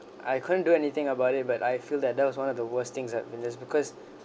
I couldn't do anything about it but I feel that that was one of the worst things that I witnessed because